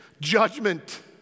judgment